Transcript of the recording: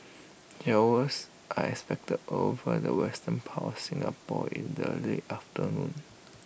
showers are expected over the western part Singapore in the late afternoon